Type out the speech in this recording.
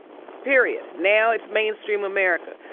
period. now it's mainstream america.